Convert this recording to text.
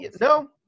No